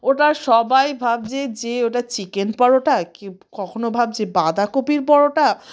ওটা সবাই ভাবছে যে ওটা চিকেন পরোটা কি কখনও ভাবছে বাঁধাকপির পরোটা